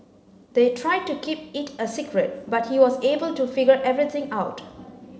they tried to keep it a secret but he was able to figure everything out